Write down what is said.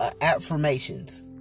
affirmations